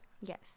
Yes